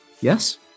Yes